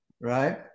right